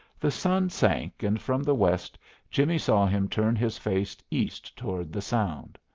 the sun sank and from the west jimmie saw him turn his face east toward the sound.